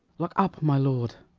look up, my lord.